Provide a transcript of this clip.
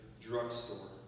drugstore